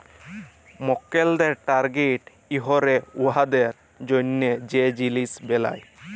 মক্কেলদের টার্গেট ক্যইরে উয়াদের জ্যনহে যে জিলিস বেলায়